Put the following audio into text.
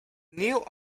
neil